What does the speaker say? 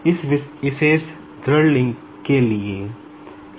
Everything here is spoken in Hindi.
इस विशेष दृढ लिंक के लिए है